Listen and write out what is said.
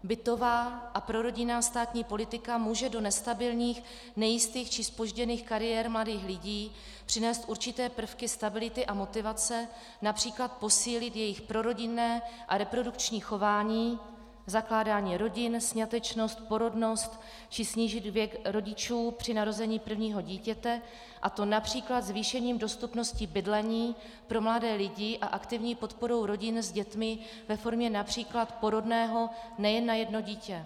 Bytová a prorodinná státní politika může do nestabilních, nejistých či zpožděných kariér mladých lidí přinést určité prvky stability a motivace, např. posílit jejich prorodinné a reprodukční chování, zakládání rodin, sňatečnost, porodnost či snížit věk rodičů při narození prvního dítěte, a to např. zvýšením dostupnosti bydlení pro mladé lidi a aktivní podporou rodin s dětmi ve formě např. porodného nejen na jedno dítě.